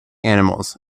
animals